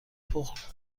پخت